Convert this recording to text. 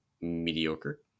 mediocre